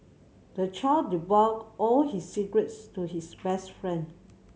the child divulged all his secrets to his best friend